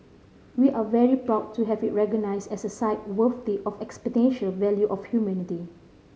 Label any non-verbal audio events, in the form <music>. we are very proud to have it recognised as a site worthy of <unintelligible> value of humanity